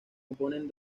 componen